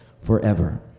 forever